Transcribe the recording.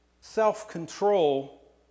self-control